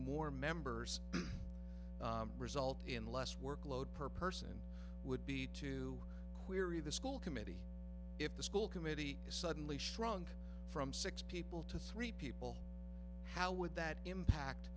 more members result in less workload per person would be to query the school committee if the school committee has suddenly shrunk from six people to three people how would that impact